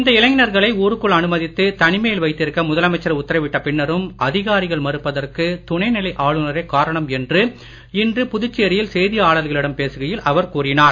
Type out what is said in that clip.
இந்த இளைஞர்களை ஊருக்குள் அனுமதித்து தனிமையில் வைத்திருக்க முதலமைச்சர் உத்தரவிட்ட பின்னரும் அதிகாரிகள் மறுப்பதற்கு துணைநிலை ஆளுநரே காரணம் என்று இன்று புதுச்சேரியில் செய்தியாளர்களிடம் பேசுகையில்அவர் கூறினார்